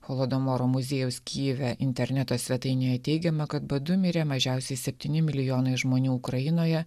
holodomoro muziejaus kijive interneto svetainėje teigiama kad badu mirė mažiausiai septyni milijonai žmonių ukrainoje